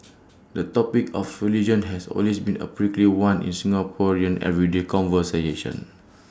the topic of religion has always been A prickly one in Singaporean everyday conversation